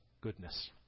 goodness